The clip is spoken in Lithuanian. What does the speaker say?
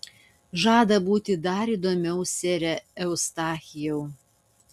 žada būti dar įdomiau sere eustachijau